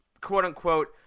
quote-unquote